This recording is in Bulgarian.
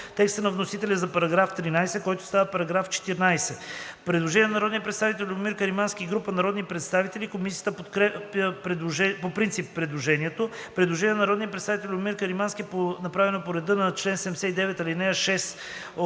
текста на вносителя за § 13, който става § 14. Предложение на народния представител Любомир Каримански и група народни представители. Комисията подкрепя по принцип предложението. Предложение на народния представител Любомир Каримански, направено по реда на чл. 79, ал. 6,